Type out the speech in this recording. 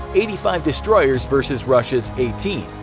eighty five destroyers versus russia's eighteen,